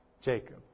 Jacob